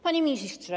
Panie Ministrze!